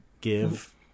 give